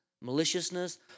maliciousness